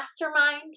mastermind